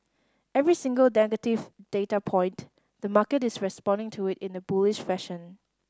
every single negative data point the market is responding to it in a bullish fashion